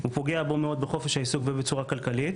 הוא פוגע בו מאוד בחופש העיסוק ובצורה כלכלית,